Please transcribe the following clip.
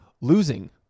Losing